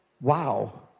Wow